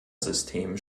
system